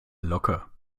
locker